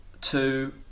two